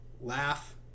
laugh